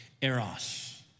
Eros